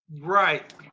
Right